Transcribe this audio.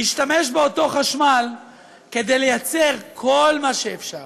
להשתמש באותו חשמל כדי לייצר כל מה שאפשר